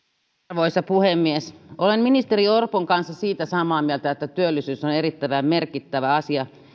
arvoisa puhemies olen ministeri orpon kanssa siitä samaa mieltä että työllisyys on erittäin merkittävä asia